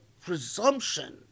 presumption